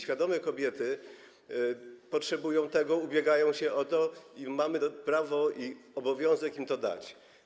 Świadome kobiety potrzebują tego, ubiegają się o to i mamy prawo i obowiązek im to dać.